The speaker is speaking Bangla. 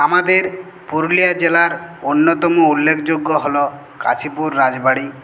আমাদের পুরুলিয়া জেলার অন্যতম উল্লেখযোগ্য হল কাশীপুর রাজবাড়ি